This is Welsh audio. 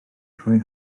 rhoi